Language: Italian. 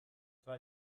tra